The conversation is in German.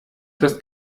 das